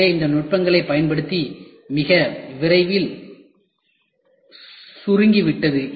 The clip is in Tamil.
எனவே இந்த நுட்பங்களைப் பயன்படுத்தி மிக விரைவில் சுருங்கிவிட்டது